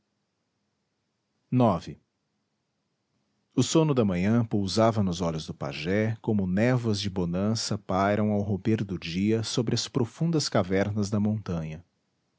o sono da manhã pousava nos olhos do pajé como névoas de bonança pairam ao romper do dia sobre as profundas cavernas da montanha